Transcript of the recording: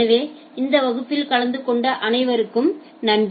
எனவே இந்த வகுப்பில் கலந்து கொண்ட அனைவருக்கும் நன்றி